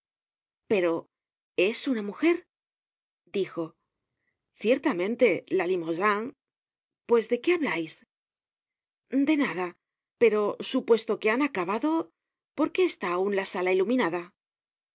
pero es una mujer dijo ciertamente la limosin pues de qué hablais de nada pero supuesto que han acabado por qué está aun la sala iluminada por